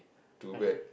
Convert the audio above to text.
too bad